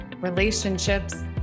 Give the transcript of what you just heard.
relationships